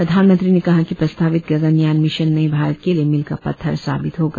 प्रधानमंत्री ने कहा कि प्रस्तावित गगनयान मिशन नये भारत के लिए मील का पत्थर साबित होगा